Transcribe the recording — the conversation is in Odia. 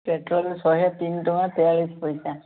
ପେଟ୍ରୋଲ୍ ଶହେ ତିନି ଟଙ୍କା ତେୟାଳିଶ ପଇସା